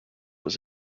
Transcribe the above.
was